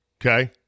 Okay